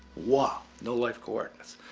whoa. no life coordinates!